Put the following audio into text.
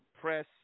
press